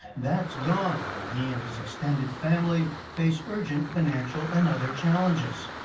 that's gone, and he and his extended family face urgent financial and other challenges.